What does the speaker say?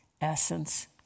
essence